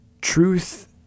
Truth